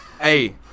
Hey